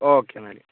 okay എന്നാല്